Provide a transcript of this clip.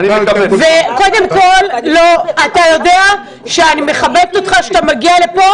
אתה יודע שאני מכבדת אותך כשאתה מגיע לפה.